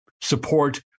support